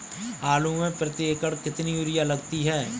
आलू में प्रति एकण कितनी यूरिया लगती है?